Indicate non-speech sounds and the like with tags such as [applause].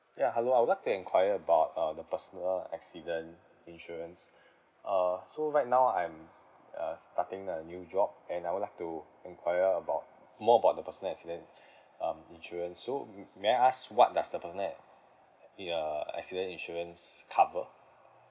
ya hello I would like to enquire about uh the personal accident insurance uh so right now I'm uh starting a new job and I would like to enquire about more about the personal accident um insurance so m~ may I ask what does the personal a~ [noise] it uh accident insurance cover